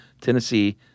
Tennessee